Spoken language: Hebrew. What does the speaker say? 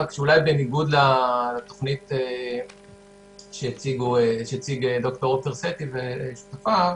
רק שאולי בניגוד לתוכנית שהציגו ד"ר עופר סטי ושותפיו,